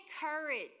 courage